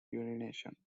urination